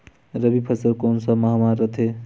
रबी फसल कोन सा माह म रथे?